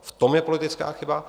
V tom je politická chyba.